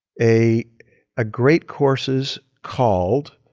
a ah great courses called,